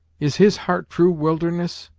is his heart true wilderness?